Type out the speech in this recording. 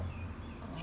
then 去了 uni